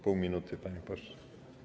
Pół minuty, panie pośle.